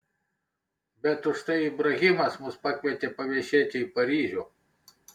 bet užtai ibrahimas mus pakvietė paviešėti į paryžių